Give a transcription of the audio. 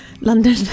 London